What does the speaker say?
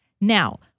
Now